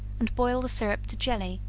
and boil the syrup to jelly,